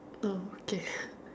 oh okay